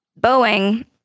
Boeing